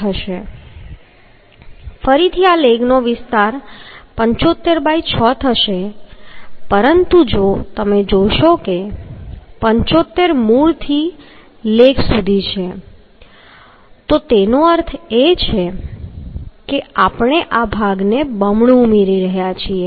ફરી આ લેગનો વિસ્તાર 75 ✕ 6 થશે પરંતુ જો તમે જોશો કે 75 મૂળથી લેગ સુધી છે તો તેનો અર્થ એ કે આપણે આ ભાગને બમણું ઉમેરી રહ્યા છીએ